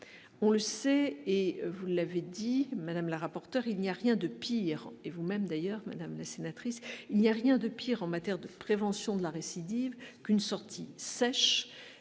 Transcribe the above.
on le sait, et vous l'avez dit Madame la rapporteur, il n'y a rien de pire et vous-même d'ailleurs Madame la sénatrice, il n'y a rien de pire en matière de prévention de la récidive qu'une sortie sèche,